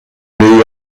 new